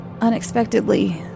Unexpectedly